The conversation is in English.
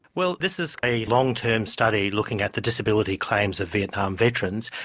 well, this is a long-term study looking at the disability claims of vietnam veterans,